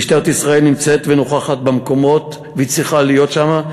משטרת ישראל נמצאת ונוכחת במקומות והיא צריכה להיות שם,